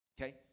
Okay